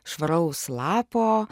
švaraus lapo